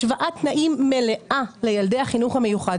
השוואת תנאים מלאה לילדי החינוך המיוחד.